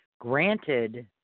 granted